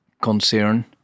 concern